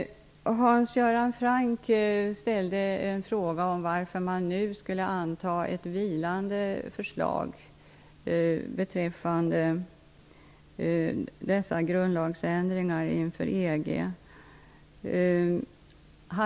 Hans Göran Franck ställde en fråga om varför man skulle anta ett vilande förslag beträffande grundlagsändringarna inför en EG-anslutning.